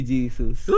Jesus